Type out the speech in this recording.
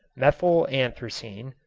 methyl anthracene,